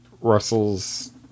Russell's